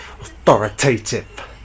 authoritative